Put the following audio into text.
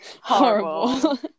horrible